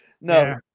No